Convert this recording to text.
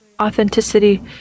authenticity